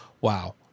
wow